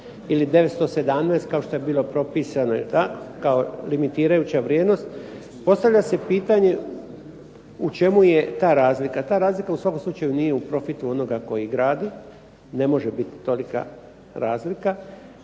ili 917 kao što je bilo propisano, kao limitirajuća vrijednost, postavlja se pitanje u čemu je ta razlika. Ta razlika u svakom slučaju nije u profitu onoga koji gradi, ne može biti tolika razlika,